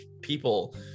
people